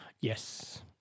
Yes